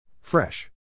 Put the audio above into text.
Fresh